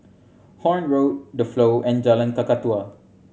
Horne Road The Flow and Jalan Kakatua